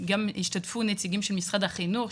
השתתפו גם נציגים של משרד החינוך,